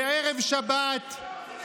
בערב שבת,